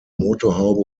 motorhaube